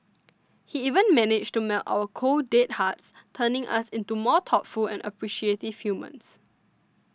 he even managed to melt our cold dead hearts turning us into more thoughtful and appreciative humans